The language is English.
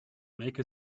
make